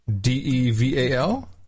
D-E-V-A-L